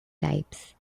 types